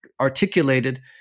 articulated